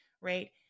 right